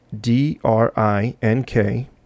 D-R-I-N-K